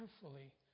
carefully